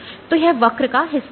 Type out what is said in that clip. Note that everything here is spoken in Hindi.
तो यह वक्र का हिस्सा है